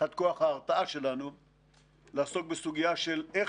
כמו שבזמנו דנו על יהודה ושומרון כשהסתבר ש-450 ישראלים